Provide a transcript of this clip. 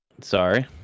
Sorry